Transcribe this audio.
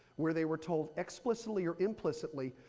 where they were told explicitly or implicitly,